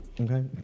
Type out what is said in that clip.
Okay